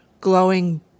glowing